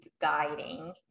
guiding